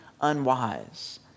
unwise